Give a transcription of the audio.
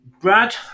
brad